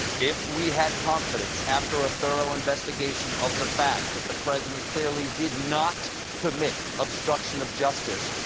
if we had confidence after a thorough investigation of the facts that the president clearly did not commit obstruction of justice,